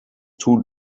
two